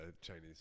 Chinese